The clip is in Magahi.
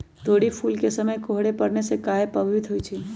तोरी फुल के समय कोहर पड़ने से काहे पभवित होई छई?